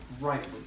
rightly